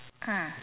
mm